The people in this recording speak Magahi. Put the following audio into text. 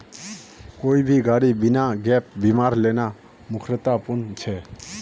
कोई भी गाड़ी बिना गैप बीमार लेना मूर्खतापूर्ण छेक